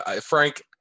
Frank